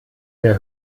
mehr